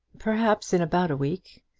perhaps in about a week.